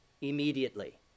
immediately